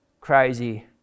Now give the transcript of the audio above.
crazy